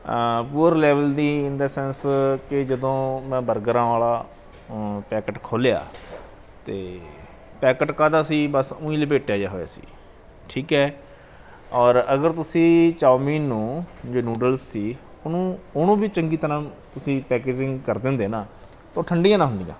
poor level ਦੀ in the sense ਕਿ ਜਦੋਂ ਮੈਂ ਬਰਗਰਾਂ ਵਾਲਾ ਪੈਕਟ ਖੋਲਿਆ ਅਤੇ ਪੈਕਟ ਕਾਹਦਾ ਸੀ ਬਸ ਊਂਈਂ ਲਪੇਟਿਆ ਜਿਹਾ ਹੋਇਆ ਸੀ ਠੀਕ ਹੈ ਔਰ ਅਗਰ ਤੁਸੀਂ ਚੋਮੀਂਨ ਨੂੰ ਜੋ ਨੁੱਡਲ ਸੀ ਉਹਨੂੰ ਉਹਨੂੰ ਵੀ ਚੰਗੀ ਤਰ੍ਹਾਂ ਤੁਸੀਂ ਪੈਕੇਜਿੰਗ ਕਰ ਦਿੰਦੇ ਨਾ ਉਹ ਠੰਡੀਆਂ ਨਾ ਹੁੰਦੀਆਂ